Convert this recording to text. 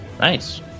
Nice